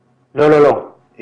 לא, לא, לא.